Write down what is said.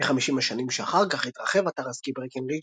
ב-50 השנים שאחר-כך התרחב אתר הסקי ברקנרידג'